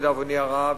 לדאבוני הרב,